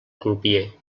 crupier